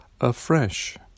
afresh